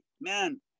man